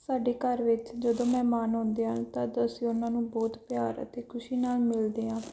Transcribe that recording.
ਸਾਡੇ ਘਰ ਵਿੱਚ ਜਦੋਂ ਮਹਿਮਾਨ ਆਉਂਦੇ ਹਨ ਤਦ ਅਸੀਂ ਉਹਨਾਂ ਨੂੰ ਬਹੁਤ ਪਿਆਰ ਅਤੇ ਖੁਸ਼ੀ ਨਾਲ ਮਿਲਦੇ ਹਾਂ